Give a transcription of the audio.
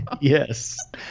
yes